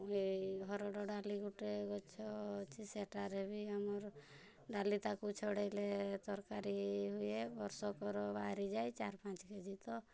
ଏ ହରଡ଼ଡାଲି ଗୋଟେ ଗଛ ଅଛି ସେଇଟାରେ ବି ଆମର ଡାଲି ତାକୁ ଛଡ଼ାଇଲେ ତରକାରୀ ହୁଏ ବର୍ଷକର ବାହାରି ଯାଏ ଚାରିପାଞ୍ଚ କେଜି ତ